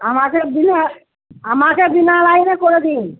আমাকে বিনা আমাকে বিনা লাইনে করে দিন